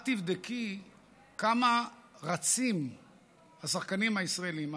תבדקי כמה רצים השחקנים הישראלים.